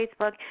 Facebook